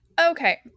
okay